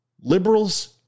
Liberals